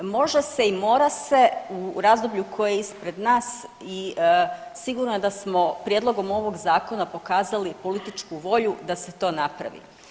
Može se i mora se u razdoblju koje je ispred nas i sigurno da smo prijedlogom ovog zakona pokazali političku volju da se to napravi.